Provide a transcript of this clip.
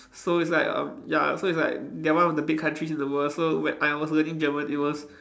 so it's like um ya so it's like they're one of the big countries in the world so when I was learning German it was